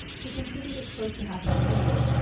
who contributed close to half of the negatives,